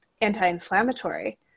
anti-inflammatory